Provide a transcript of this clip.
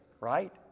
right